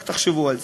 רק תחשבו על זה.